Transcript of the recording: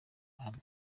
ruhame